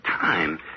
time